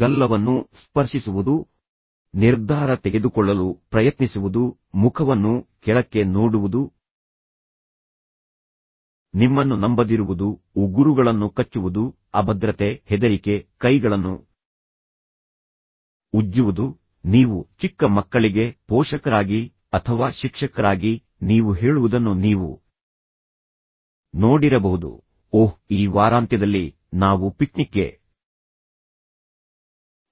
ಗಲ್ಲವನ್ನು ಸ್ಪರ್ಶಿಸುವುದು ನಿರ್ಧಾರ ತೆಗೆದುಕೊಳ್ಳಲು ಪ್ರಯತ್ನಿಸುವುದು ಮುಖವನ್ನು ಕೆಳಕ್ಕೆ ನೋಡುವುದು ನಿಮ್ಮನ್ನು ನಂಬದಿರುವುದು ಉಗುರುಗಳನ್ನು ಕಚ್ಚುವುದು ಅಭದ್ರತೆ ಹೆದರಿಕೆ ಕೈಗಳನ್ನು ಉಜ್ಜುವುದು ನೀವು ಚಿಕ್ಕ ಮಕ್ಕಳಿಗೆ ಪೋಷಕರಾಗಿ ಅಥವಾ ಶಿಕ್ಷಕರಾಗಿ ನೀವು ಹೇಳುವುದನ್ನು ನೀವು ನೋಡಿರಬಹುದು ಓಹ್ ಈ ವಾರಾಂತ್ಯದಲ್ಲಿ ನಾವು ಪಿಕ್ನಿಕ್ಗೆ